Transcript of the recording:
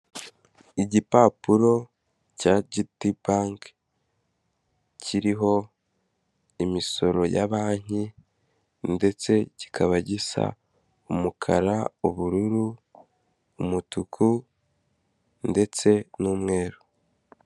Igipapuro cya Gt Bank kiriho imisoro ya Banki, ndetse kikaba gisa umukara, ubururu, umutuku ndetse n'umweru.